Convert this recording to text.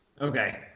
Okay